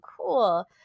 cool